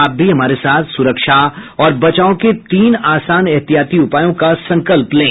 आप भी हमारे साथ सुरक्षा और बचाव के तीन आसान एहतियाती उपायों का संकल्प लें